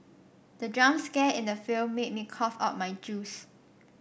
the jump scare in the film made me cough out my juice